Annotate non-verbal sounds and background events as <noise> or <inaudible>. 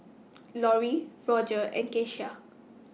<noise> <noise> Lorrie Rodger and Keshia